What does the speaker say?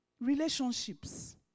Relationships